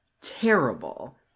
terrible